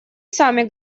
сами